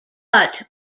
but